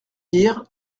dire